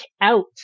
out